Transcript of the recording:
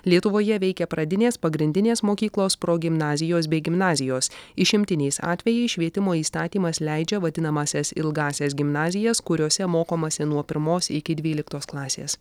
lietuvoje veikia pradinės pagrindinės mokyklos progimnazijos bei gimnazijos išimtiniais atvejais švietimo įstatymas leidžia vadinamąsias ilgąsias gimnazijas kuriose mokomasi nuo pirmos iki dvyliktos klasės